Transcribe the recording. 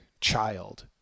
child